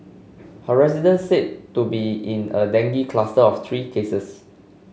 her residence said to be in a dengue cluster of three cases